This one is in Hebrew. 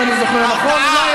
אם אני זוכר נכון.